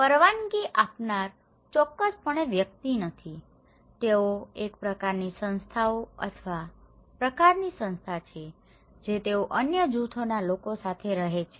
પરવાનગી આપનાર ચોક્કસપણે વ્યક્તિ નથી તેઓ એક પ્રકારની સંસ્થાઓ અથવા પ્રકારની સંસ્થાઓ છે જે તેઓ અન્ય જૂથોના લોકો સાથે રહે છે